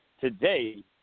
today